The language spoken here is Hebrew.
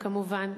כמובן,